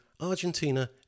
argentina